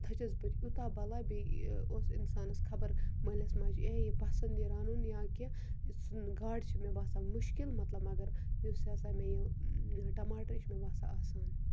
تھٔچِس بہٕ یوٗتاہ بَلاے بیٚیہِ اوس اِنسانَس خَبر مٲلِس ماجہِ یِیاہ یہِ پَسنٛد یہِ رَنُن یا کہِ یہِ گاڈٕ چھِ مےٚ باسان مُشکِل مَطلب مَگر یُس ہسا مےٚ یہِ ٹَماٹَر یہِ چھُ مےٚ باسان آسان